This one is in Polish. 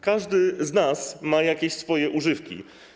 Każdy z nas ma jakieś swoje używki.